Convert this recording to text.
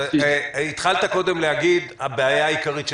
התחלת קודם להגיד: "הבעיה העיקרית שלנו".